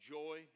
joy